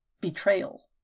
betrayal